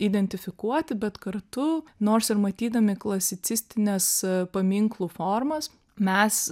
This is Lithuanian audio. identifikuoti bet kartu nors ir matydami klasicistines paminklų formas mes